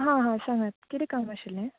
हां हां सांगात किदें काम आशिल्ले